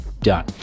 Done